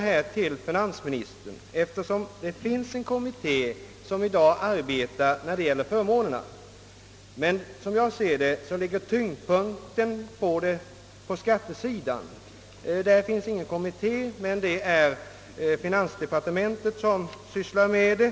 Det finns i dag en kommitté som arbetar med förmånsfrågorna, men jag anser som sagt att tyngdpunkten i detta problem ligger på skattesidan, och där finns ingen kommitté trots att det är finansdepartementet som sysslar med saken.